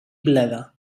bleda